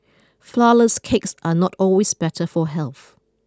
flourless cakes are not always better for health